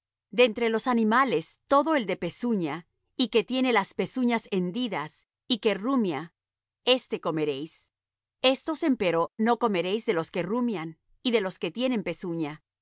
de entre los animales todo el de pezuña y que tiene las pezuñas hendidas y que rumia éste comeréis estos empero no comeréis de los que rumian y de los que tienen pezuña